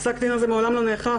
פסק הדין הזה מעולם לא נאכף.